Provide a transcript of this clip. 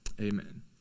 Amen